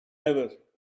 never